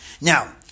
Now